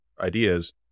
ideas